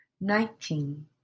nineteen